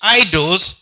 idols